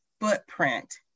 footprint